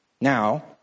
Now